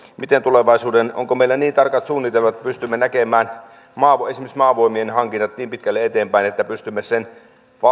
miten on tulevaisuudessa onko meillä niin tarkat suunnitelmat että me pystymme näkemään esimerkiksi maavoimien hankinnat niin pitkälle eteenpäin että pystymme sen